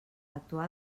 actuar